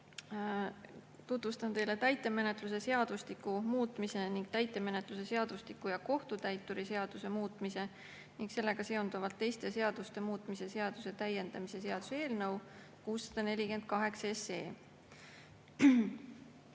Tutvustan teile täitemenetluse seadustiku muutmise ning täitemenetluse seadustiku ja kohtutäituri seaduse muutmise ning sellega seonduvalt teiste seaduste muutmise seaduse täiendamise seaduse eelnõu 648.